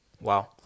Wow